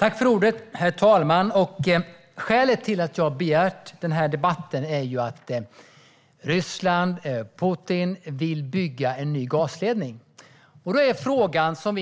Herr talman! Skälet till att jag har begärt den här debatten är att Ryssland och Putin vill bygga en ny gasledning. Vi måste då fråga oss om